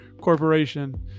Corporation